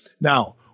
Now